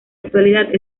actualidad